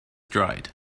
dried